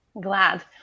Glad